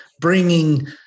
Bringing